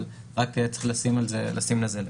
אבל רק צריך לשים לזה לב.